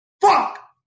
Fuck